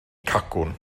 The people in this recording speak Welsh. cacwn